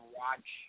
watch